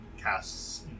casts